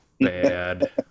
bad